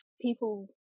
people